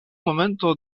momento